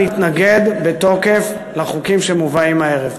נתנגד בתוקף לחוקים המובאים הערב.